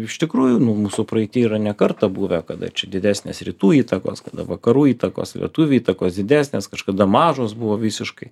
iš tikrųjų nu mūsų praeity yra ne kartą buvę kada čia didesnės rytų įtakos kada vakarų įtakos lietuvių įtakos didesnės kažkada mažos buvo visiškai